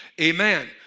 Amen